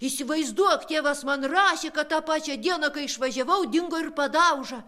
įsivaizduok tėvas man rašė kad tą pačią dieną kai išvažiavau dingo ir padauža